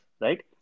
Right